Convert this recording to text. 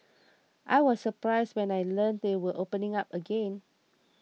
I was surprised when I learnt they were opening up again